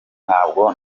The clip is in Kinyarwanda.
ntabwo